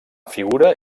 figura